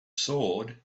sword